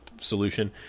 solution